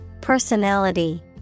Personality